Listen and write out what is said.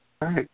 Right